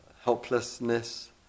helplessness